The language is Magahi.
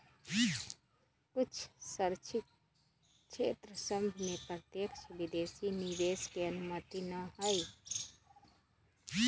कुछ सँरक्षित क्षेत्र सभ में प्रत्यक्ष विदेशी निवेश के अनुमति न हइ